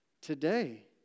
Today